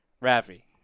Ravi